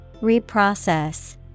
Reprocess